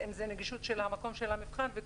הבוחן יודע רק בסוף היום אם הוא שואל.